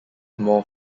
more